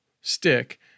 stick